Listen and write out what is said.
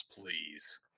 please